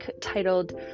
titled